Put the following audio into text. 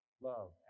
Love